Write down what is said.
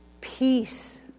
peace